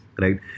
right